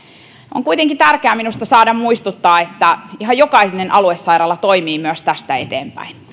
on minusta kuitenkin tärkeää saada muistuttaa että ihan jokainen aluesairaala toimii myös tästä eteenpäin